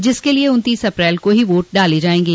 जिसके लिये उन्तीस अप्रैल को ही वोट डाले जायेंगे